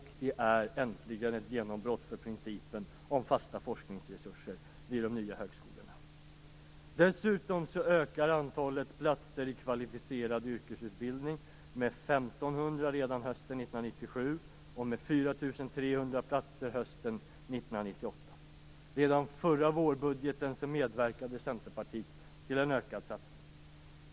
Det är äntligen ett genombrott för principen om fasta forskningsresurser vid de nya högskolorna. Dessutom ökar antalet platser i kvalificerad yrkesutbildning med 1 500 redan hösten 1997 och med 4 300 platser hösten 1998. Redan i den förra vårbudgeten medverkade Centerpartiet till en ökad satsning.